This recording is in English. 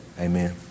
amen